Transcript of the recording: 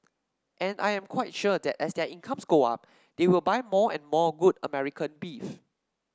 and I am quite sure that as their incomes go up they will buy more and more good American beef